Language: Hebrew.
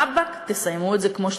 רבאק, תסיימו את זה כמו שצריך.